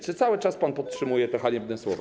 Czy cały czas pan podtrzymuje te haniebne słowa?